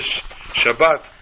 Shabbat